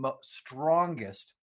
strongest